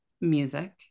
music